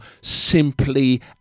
simply